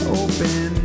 open